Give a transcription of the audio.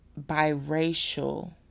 biracial